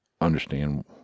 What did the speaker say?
understand